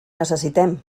necessitem